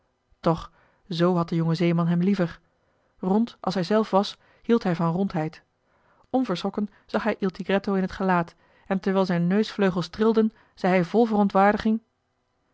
toch z had de jonge zeeman hem liever rond als hij zelf was hield hij van rondheid onverschrokken zag hij il tigretto in het gelaat en terwijl zijn neusvleugels trilden zei hij vol verontwaardiging